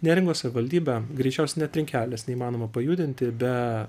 neringos savivaldybė greičiausiai net trinkelės neįmanoma pajudinti be